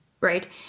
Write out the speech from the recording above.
right